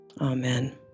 Amen